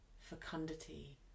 fecundity